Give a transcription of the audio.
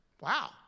Wow